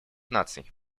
наций